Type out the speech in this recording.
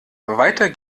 weiter